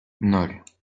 ноль